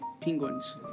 penguins